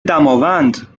دماوند